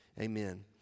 amen